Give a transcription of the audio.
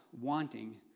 wanting